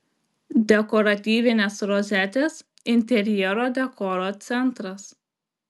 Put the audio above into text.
dekoratyvinės rozetės interjero dekoro centras